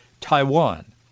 Taiwan